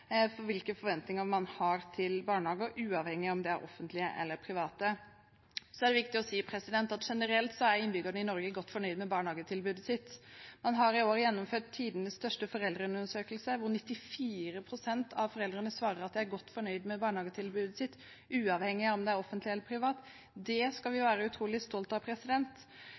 hvilke forventninger man har til barnehager, uavhengig av om det er offentlige eller private. Så er det viktig å si at generelt er innbyggerne i Norge godt fornøyd med barnehagetilbudet sitt. Man har i år gjennomført tidenes største foreldreundersøkelse, hvor 94 pst. av foreldrene svarer at de er godt fornøyd med barnehagetilbudet sitt, uavhengig av om det er offentlig eller privat. Det skal vi være utrolig stolt av.